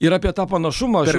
ir apie tą panašumą